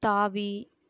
தாவி